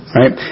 right